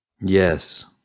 Yes